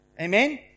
Amen